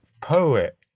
poet